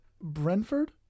Brentford